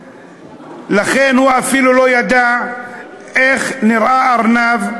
לכן הוא אפילו לא ידע איך נראה ארנב,